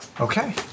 Okay